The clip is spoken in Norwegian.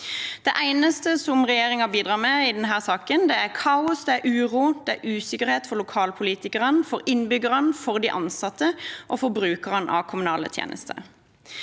Det eneste som regjeringen bidrar med i denne saken, er kaos, uro og usikkerhet for lokalpolitikerne, for innbyggerne, for de ansatte og for brukerne av kommunale tjenester.